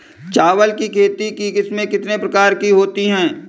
चावल की खेती की किस्में कितने प्रकार की होती हैं?